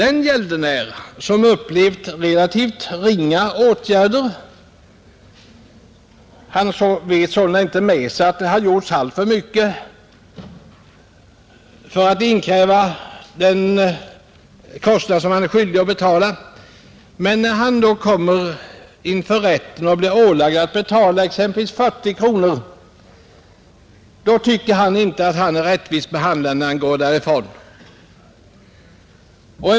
En gäldenär som utsatts för relativt ringa åtgärder och sålunda vet med sig att det inte har gjorts alltför mycket för att utkräva det som han är skyldig att betala, men som — när han kommer inför rätten — blir ålagd att betala exempelvis 40 kronor tycker inte när han går därifrån, att han har blivit rättvist behandlad.